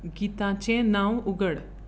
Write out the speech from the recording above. गिताचें नांव उघड